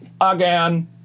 Again